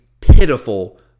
pitiful